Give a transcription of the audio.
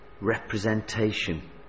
representation